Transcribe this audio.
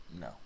No